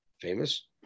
famous